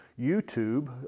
YouTube